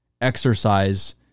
exercise